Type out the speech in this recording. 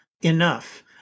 enough